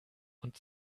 und